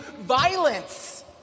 violence